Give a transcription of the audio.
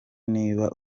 niba